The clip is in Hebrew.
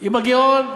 עם הגירעון.